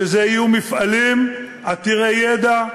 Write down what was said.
שיהיו מפעלים עתירי ידע,